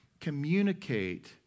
communicate